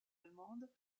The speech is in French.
allemande